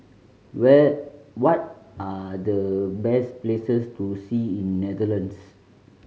where what are the best places to see in Netherlands